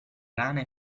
rana